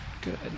Good